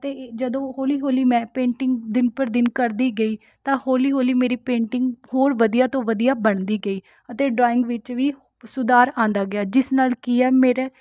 ਅਤੇ ਏ ਜਦੋਂ ਹੌਲੀ ਹੌਲੀ ਮੈਂ ਪੇਟਿੰਗ ਦਿਨ ਪਰ ਦਿਨ ਕਰਦੀ ਗਈ ਤਾਂ ਹੌਲੀ ਹੌਲੀ ਮੇਰੀ ਪੇਂਟਿੰਗ ਹੋਰ ਵਧੀਆ ਤੋਂ ਵਧੀਆ ਬਣਦੀ ਗਈ ਅਤੇ ਡਰਾਇੰਗ ਵਿੱਚ ਵੀ ਸੁਧਾਰ ਆਉਂਦਾ ਗਿਆ ਜਿਸ ਨਾਲ ਕਿ ਆ ਮੇਰਾ